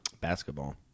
basketball